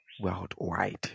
worldwide